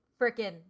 freaking